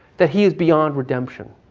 that he is beyond redemption.